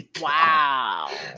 Wow